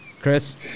Chris